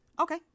Okay